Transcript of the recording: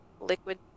liquid